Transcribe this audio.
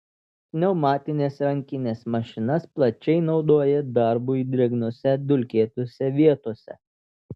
pneumatines rankines mašinas plačiai naudoja darbui drėgnose dulkėtose vietose